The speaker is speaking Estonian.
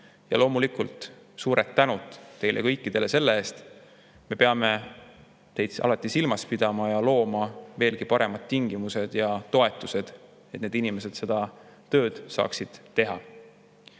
Loomulikult suur tänu teile kõikidele selle eest! Me peame teid alati silmas pidama ja looma veelgi paremad tingimused ja toetused, et te seda tööd saaksite